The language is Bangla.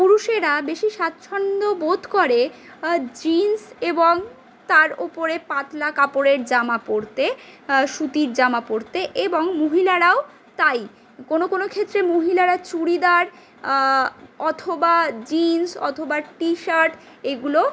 পুরুষেরা বেশি স্বাচ্ছন্দ্য বোধ করে জিন্স এবং তার উপরে পাতলা কাপড়ের জামা পরতে সুতির জামা পরতে এবং মহিলারাও তাই কোনো কোনো ক্ষেত্রে মহিলারা চুড়িদার অথবা জিন্স অথবা টিশার্ট এগুলো